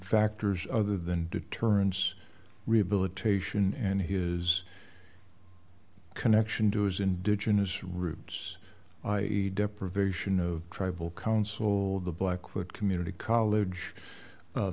factors other than deterrence rehabilitation and his connection to his indigenous roots i e deprivation of tribal council of the black white community college